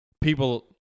people